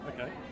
okay